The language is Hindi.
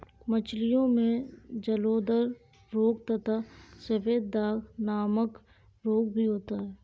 मछलियों में जलोदर रोग तथा सफेद दाग नामक रोग भी होता है